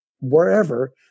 wherever